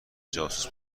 جاسوس